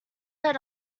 led